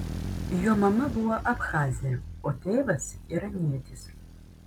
jo mama buvo abchazė o tėvas iranietis